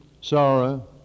sorrow